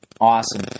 Awesome